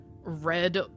red